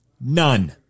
None